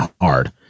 hard